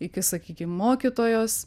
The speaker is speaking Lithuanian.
iki sakykim mokytojos